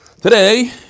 Today